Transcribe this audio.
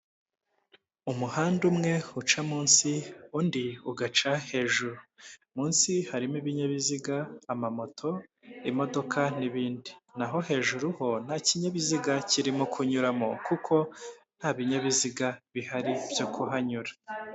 Umuhanda umwe uca munsi, undi ugaca hejuru, munsi harimo ibinyabiziga, amamoto, imodoka, n'ibindi naho hejuru ho nta kinyabiziga kirimo kunyuramo kuko nta binyabiziga bihari byo kuhanyura.